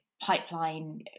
pipeline